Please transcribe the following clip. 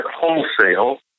wholesale